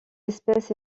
espèce